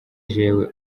jewe